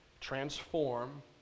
transform